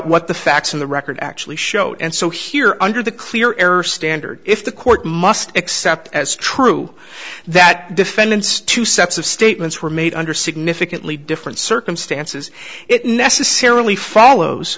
what the facts of the record actually showed and so here under the clear air standard if the court must accept as true that defendants two sets of statements were made under significantly different circumstances it necessarily follows